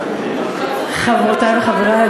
חברותי וחברי,